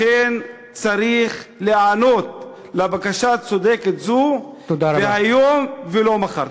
לכן צריך להיענות לבקשה צודקת זו, והיום ולא מחר.